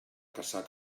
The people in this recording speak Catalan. caçar